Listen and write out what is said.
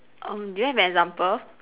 um do you have an example